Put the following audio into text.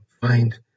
find